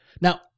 Now